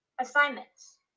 assignments